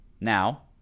Now